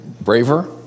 braver